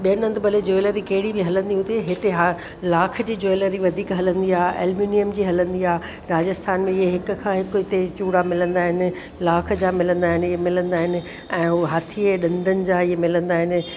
ॿियनि हंधि भले ज्वेलरी कहिड़ी बि हलंदी हुते हिते हा लाख जी ज्वेलरी वधीक हलंदी आहे ऐं एल्म्युनियम जी हलंदी आहे राजस्थान में इहे हिक खां हिकु इते चूड़ा मिलंदा आहिनि लाख जा मिलंदा आहिनि इहे मिलंदा आहिनि ऐं उहा हाथी जे ॾंदनि जा इहे मिलंदा आहिनि